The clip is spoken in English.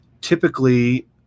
Typically